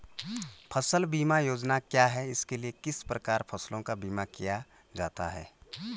फ़सल बीमा योजना क्या है इसके लिए किस प्रकार फसलों का बीमा किया जाता है?